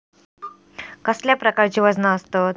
कसल्या प्रकारची वजना आसतत?